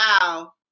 Wow